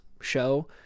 show